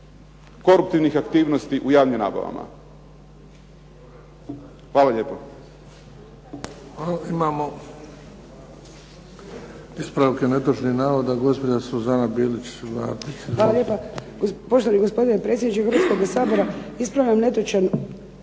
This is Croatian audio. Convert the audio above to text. koruptivnih aktivnosti u javnim nabavama. Hvala lijepa.